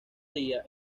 día